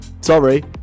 sorry